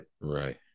Right